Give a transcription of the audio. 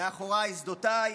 מאחורי שדותיי,